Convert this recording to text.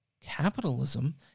capitalism